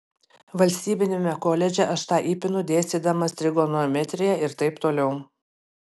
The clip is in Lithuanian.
valstybiniame koledže aš tą įpinu dėstydamas trigonometriją ir taip toliau